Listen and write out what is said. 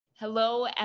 Hello